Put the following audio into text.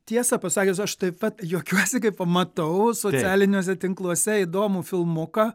tiesą pasakius aš taip pat juokiuosi kai pamatau socialiniuose tinkluose įdomų filmuką